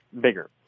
bigger